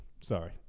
sorry